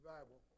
Bible